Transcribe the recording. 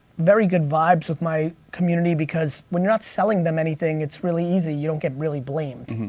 very good vibes with my community because when you're not selling them anything it's really easy. you don't get really blamed.